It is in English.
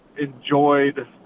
enjoyed